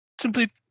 Simply